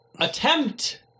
attempt